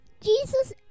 jesus